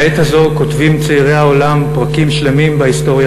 בעת הזאת כותבים צעירי העולם פרקים שלמים בהיסטוריה